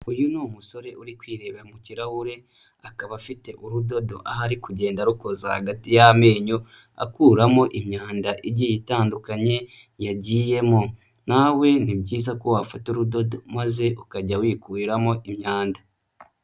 Uyu ni umusore uri kwireba mu kirahure akaba afite urudodo, aho ari kugenda arukoza hagati y'amenyo akuramo imyanda igiye itandukanye yagiyemo, nawe ni byiza ko wafata urudodo maze ukajya wikuriramo imyanda.